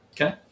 Okay